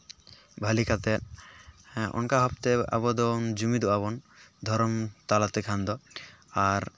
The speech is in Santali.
ᱵᱷᱟᱹᱞᱤ ᱠᱟᱛᱮᱫ ᱚᱱᱠᱟ ᱵᱷᱟᱵᱛᱮ ᱟᱵᱚ ᱫᱚ ᱡᱩᱢᱤᱫᱚᱜᱼᱟ ᱵᱚᱱ ᱫᱷᱚᱨᱚᱢ ᱛᱟᱞᱟ ᱛᱮᱠᱷᱟᱱ ᱫᱚ ᱟᱨ